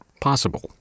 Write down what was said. possible